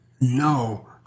no